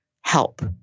help